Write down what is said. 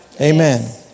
Amen